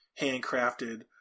handcrafted